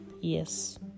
yes